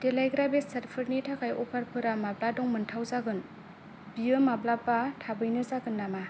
देलायग्रा बेसादफोरनि थाखाय अफारफोरा माब्ला दंमोनथाव जागोन बियो माब्लाबा थाबैनो जागोन नामा